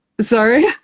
sorry